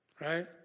right